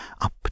up